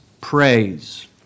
praise